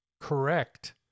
correct